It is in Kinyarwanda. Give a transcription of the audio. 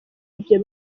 ibyo